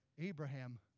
Abraham